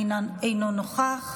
אינו נוכח,